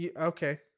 okay